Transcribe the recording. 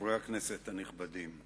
חברי הכנסת הנכבדים,